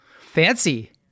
Fancy